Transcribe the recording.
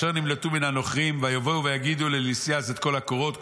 ואשר נמלטו מן הנוכרים ויבואו ויגידו ללוסיאס את כל הקורות.